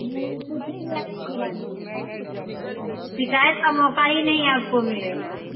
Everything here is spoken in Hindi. नहीं कुछ भी ऐसा खराब नहीं नहीं शिकायत का मौका ही नहीं आपको मिलेगा